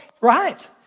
right